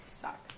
Suck